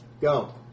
Go